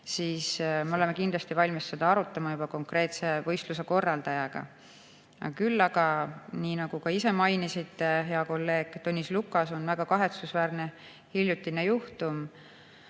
siis me oleme kindlasti valmis seda arutama juba konkreetse võistluse korraldajaga. Küll aga nii nagu ka ise mainisite, hea kolleeg Tõnis Lukas, on väga kahetsusväärne hiljutine juhtum